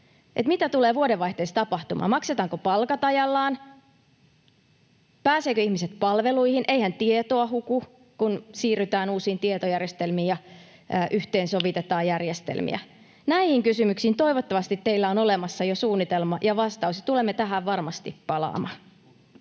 mitä tulee vuodenvaihteessa tapahtumaan? Maksetaanko palkat ajallaan? Pääsevätkö ihmiset palveluihin? Eihän tietoa huku, kun siirrytään uusiin tietojärjestelmiin ja yhteensovitetaan järjestelmiä? Näihin kysymyksiin teillä toivottavasti on olemassa jo suunnitelma ja vastaus. Tulemme tähän varmasti palaamaan.